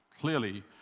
clearly